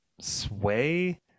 sway